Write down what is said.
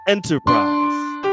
Enterprise